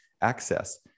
access